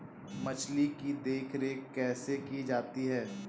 मछली की देखरेख कैसे की जाती है?